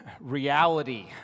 reality